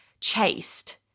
chased